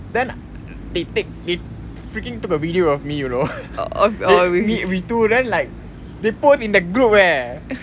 then they take they freaking took a video of me you know ya we two then like they post in that group eh